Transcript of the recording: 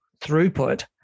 throughput